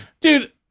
Dude